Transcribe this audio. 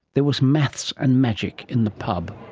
there was maths and magic in the pub